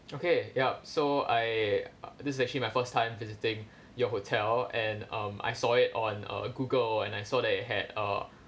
okay yup so I uh this is actually my first time visiting your hotel and um I saw it on uh Google and I saw that it had uh